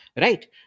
Right